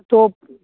تو